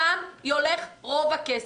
שם הולך רוב הכסף.